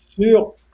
sur